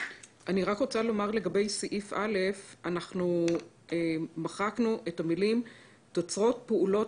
אני רוצה להגיד לגבי סעיף (א) שמחקנו את המילים "תוצרי פעולות